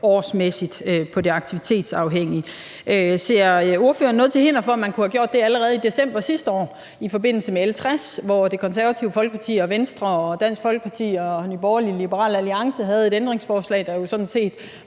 årsmæssigt på det aktivitetsafhængige. Ser ordføreren, at der er noget til hinder for, at man kunne have gjort det allerede i december sidste år i forbindelse med L 60, hvor Det Konservative Folkeparti og Venstre og Dansk Folkeparti og Nye Borgerlige og Liberal Alliance havde et ændringsforslag, der jo sådan set